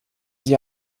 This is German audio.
sie